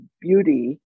beauty